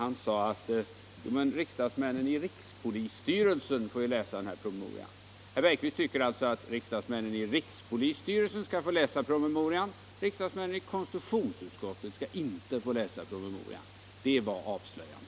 Han sade att riksdagsmännen i rikspolisstyrelsen ju får läsa promemorian. Herr Bergqvist tycker alltså att riksdagsmännen i rikspolisstyrelsen skall få läsa promemorian medan riksdagsmännen i konstitutionsutskottet inte skall få göra det. Det var avslöjande.